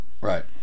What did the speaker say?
right